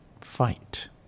fight